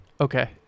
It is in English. okay